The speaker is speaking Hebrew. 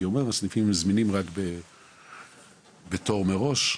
הסניפים זמינים רק בתור מראש.